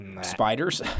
spiders